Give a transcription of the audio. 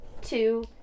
two